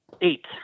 Eight